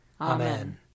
Amen